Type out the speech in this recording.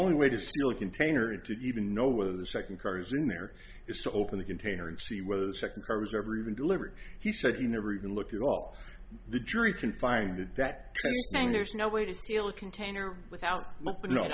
only way to steal a container to even know whether the second car is in there is to open the container and see whether the second car was ever even delivered he said you never even looked at all the jury can find it that saying there's no way to steal a container without kno